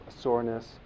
soreness